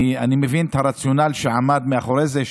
אני מבין את הרציונל שעמד מאחורי זה,